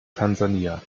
tansania